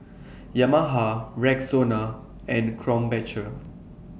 Yamaha Rexona and Krombacher